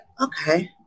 okay